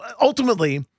ultimately